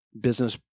business